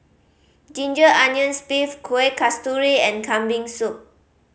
ginger onions beef Kueh Kasturi and Kambing Soup